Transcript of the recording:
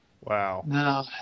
Wow